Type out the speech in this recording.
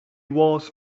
was